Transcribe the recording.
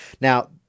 Now